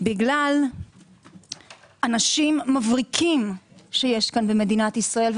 בגלל אנשים מבריקים שיש כאן במדינת ישראל,